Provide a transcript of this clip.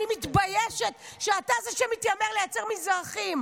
אני מתביישת שאתה זה שמתיימר לייצג מזרחים.